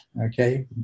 Okay